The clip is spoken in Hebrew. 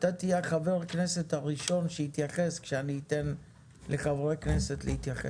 אתה תהיה חבר הכנסת הראשון שיתייחס כשאני אתן לחברי כנסת להתייחס.